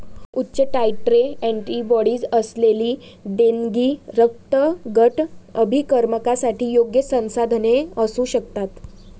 उच्च titre antibodies असलेली देणगी रक्तगट अभिकर्मकांसाठी योग्य संसाधने असू शकतात